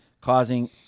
causing